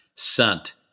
Sent